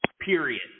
period